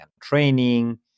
training